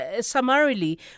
summarily